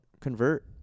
convert